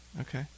Okay